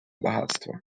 багатство